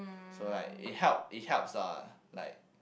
so like it help it helps lah like